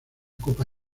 copa